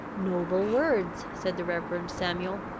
noble words! said the reverend samuel.